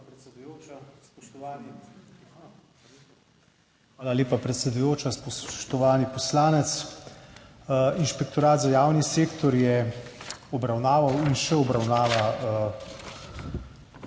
Hvala lepa, predsedujoča. Spoštovani poslanec! Inšpektorat za javni sektor je obravnaval in še obravnava